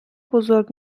بزرگ